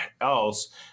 else